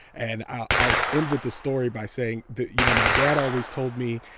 and i'll i'll end with the story by saying that you know my dad always told me,